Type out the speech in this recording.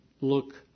look